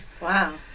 Wow